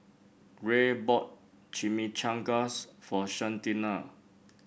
Rhea bought Chimichangas for Shanita